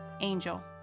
Angel